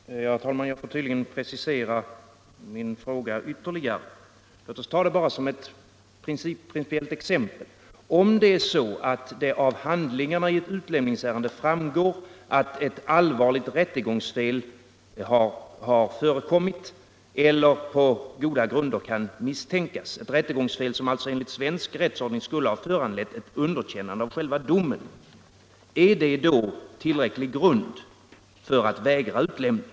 Herr talman! Jag får tydligen precisera min fråga ytterligare. Låt oss ta som ett principiellt exempel att det av handlingarna i ett utlämningsärende framgår att ett allvarligt rättegångsfel har förekommit eller på goda grunder kan misstänkas, alltså ett rättegångsfel som enligt svensk rättsordning skulle ha lett till ett underkännande av själva domen. Är det då tillräcklig grund för att vägra utlämning?